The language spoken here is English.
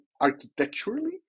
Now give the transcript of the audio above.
architecturally